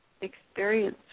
experience